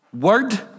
word